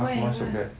why